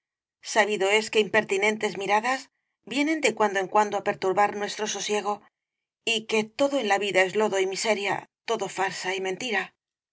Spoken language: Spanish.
sabido es que impertinentes miradas vienen de cuando en cuando á perturbar nuestro sosiego y que todo en la vida es lodo y miseria todo farsa y mentira